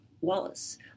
Wallace